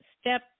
step